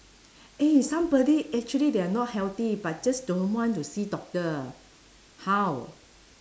eh somebody actually they are not healthy but just don't want to see doctor how